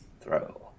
Throw